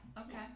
Okay